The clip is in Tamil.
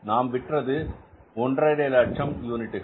நாம் விற்றது 150000 யூனிட்டுகள்